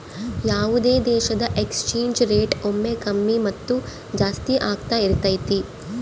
ಯಾವುದೇ ದೇಶದ exchange rate ಒಮ್ಮೆ ಕಮ್ಮಿ ಮತ್ತು ಜಾಸ್ತಿ ಆಗ್ತಾ ಇರತೈತಿ